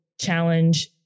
challenge